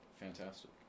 fantastic